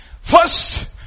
First